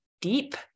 deep